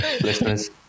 listeners